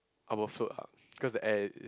I will float up cause the air it it